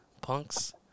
punks